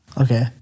Okay